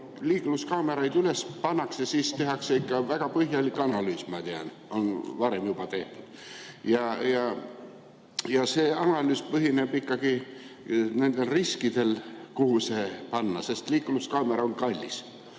Kui liikluskaameraid üles pannakse, siis tehakse väga põhjalik analüüs, ma tean, on varem juba tehtud. See analüüs põhineb nendel riskidel, kuhu see ikkagi panna, sest liikluskaamera on kallis.